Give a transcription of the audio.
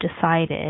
decided